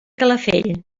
calafell